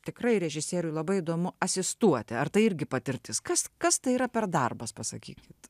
tikrai režisieriui labai įdomu asistuoti ar tai irgi patirtis kas kas tai yra per darbas pasakykit